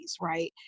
right